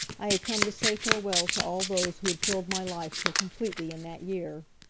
i had come to say farewell to all those who had filled my life so completely in that year.